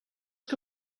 que